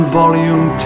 volume